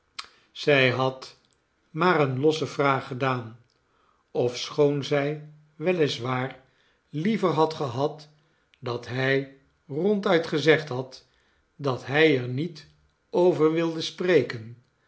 zij had maar eene losse vraag gedaan ofschoon zij wel is waar liever had gehad dat hij ronduit gezegd had dat hij er niet over wilde spreken